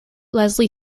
leslie